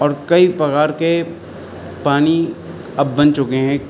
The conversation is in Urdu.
اور کئی پرکار کے پانی اب بن چکے ہیں